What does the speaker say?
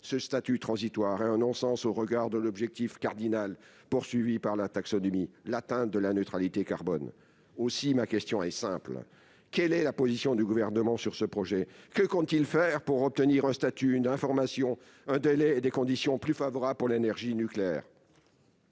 Ce statut transitoire est un non-sens au regard de l'objectif cardinal visé par la taxinomie : l'atteinte de la neutralité carbone. Aussi, madame la ministre, ma question est simple : quelle est la position du Gouvernement sur ce projet ? Que compte-t-il faire pour obtenir un statut, une information, un délai et des conditions plus favorables pour l'énergie nucléaire ?